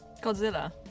Godzilla